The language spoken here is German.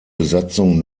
besatzung